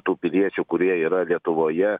tų piliečių kurie yra lietuvoje